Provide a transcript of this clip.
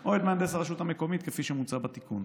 או את מהנדס הרשות המקומית כפי שמוצע בתיקון.